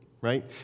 Right